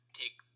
take